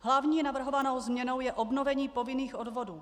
Hlavní navrhovanou změnou je obnovení povinných odvodů.